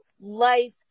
life